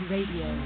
Radio